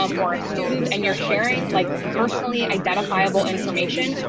um or a student and you're sharing like personally identifiable information,